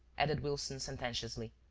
added wilson, sententiously.